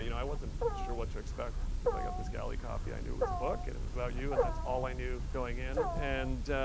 you know i wasn't sure what to expect because i got this galley copy. i knew it was a book and it was about you, and that's all i knew going in. and